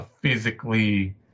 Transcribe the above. physically